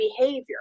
behavior